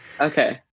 Okay